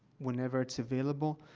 whenever it's available,